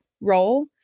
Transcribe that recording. role